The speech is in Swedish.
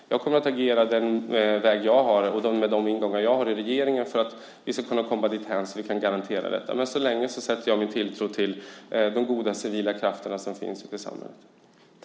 Jag kommer att agera den väg jag har och med de ingångar jag har i regeringen för att vi ska komma dithän att vi kan garantera detta. Tills vidare sätter jag min tilltro till de goda civila krafter som finns ute i samhället.